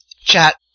chat